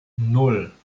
nan